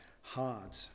hard